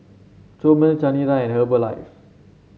Chomel Chanira and Herbalife